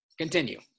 continue